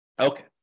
Okay